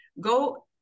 go